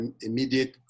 immediate